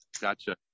Gotcha